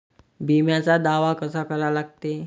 बिम्याचा दावा कसा करा लागते?